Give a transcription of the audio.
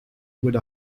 with